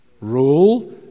Rule